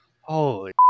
holy